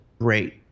great